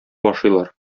ашыйлар